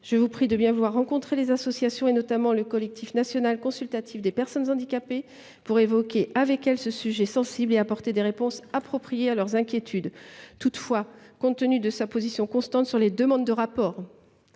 Je vous prie de bien vouloir rencontrer les associations, notamment le Conseil national consultatif des personnes handicapées, pour évoquer avec elles ce sujet sensible et apporter des réponses appropriées à leurs inquiétudes. Toutefois, compte tenu de sa position constante sur les demandes de rapport